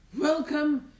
Welcome